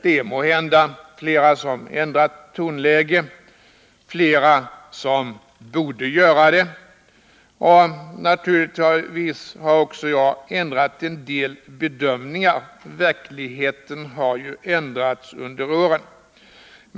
Det är måhända flera som har ändrat tonläge och flera som borde göra det. Naturligtvis har också jag ändrat migi fråga om en del bedömningar — verkligheten har ju ändrats under åren.